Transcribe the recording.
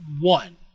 one